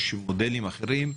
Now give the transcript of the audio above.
יש מודלים אחרים.